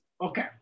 Okay